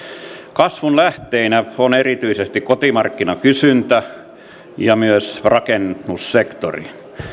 kasvun lähteinä on erityisesti kotimarkkinakysyntä ja myös rakennussektori